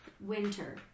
winter